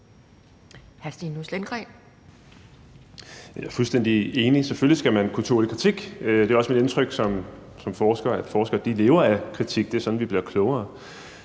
Jeg er fuldstændig enig. Selvfølgelig skal man kunne tåle kritik. Det er også mit indtryk som forsker, at forskere lever af kritik; det er sådan, vi bliver klogere.